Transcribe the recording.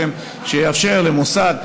שיאפשר למוסד,